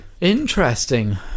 Interesting